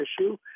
issue